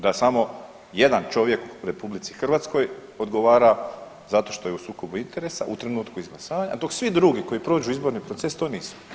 Da samo jedan čovjek u RH odgovara zato što je u sukobu interesa u trenutku izglasavanja, dok svi drugi koji prođu izborni proces, to nisu?